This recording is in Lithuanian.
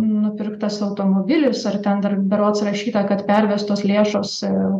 nupirktas automobilis ar ten dar berods rašyta kad pervestos lėšos